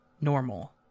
normal